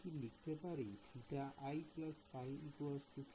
আমি কি লিখতে পারি যে θi π θs